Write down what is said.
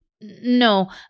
no